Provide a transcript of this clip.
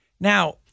Now